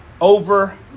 over